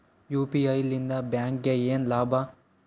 UPI ಲಿಂದ ಬ್ಯಾಂಕ್ಗೆ ಏನ್ ಲಾಭ?